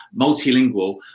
Multilingual